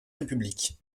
république